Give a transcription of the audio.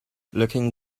looking